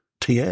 TA